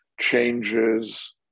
changes